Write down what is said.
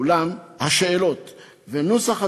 אולם, השאלות ונוסח הדברים,